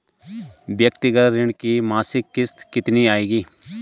व्यक्तिगत ऋण की मासिक किश्त कितनी आएगी?